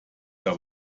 der